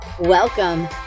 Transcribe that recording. Welcome